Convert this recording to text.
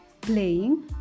playing